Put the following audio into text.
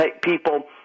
people